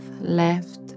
left